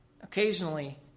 Occasionally